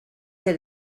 que